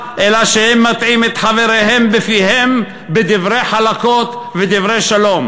אלא שהם מטעים את חבריהם בפיהם בדברי חלקות ודברי שלום.